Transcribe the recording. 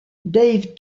dave